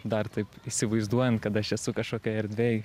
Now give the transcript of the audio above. dar taip įsivaizduojant kad aš esu kažkokioj erdvėj